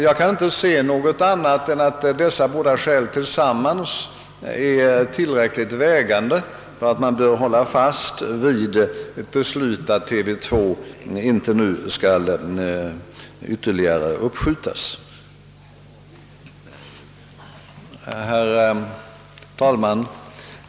Jag kan inte se annat än att dessa båda skäl tillsammans är tillräckligt vägande för att man bör hålla fast vid beslutet att införandet av TV 2 inte skall ytterligare uppskjutas. Herr talman!